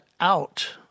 out